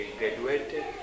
graduated